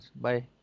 Bye